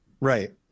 Right